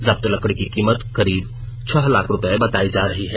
जब्त लकड़ी की कीमत करीब छह लाख रुपये बतायी जा रही है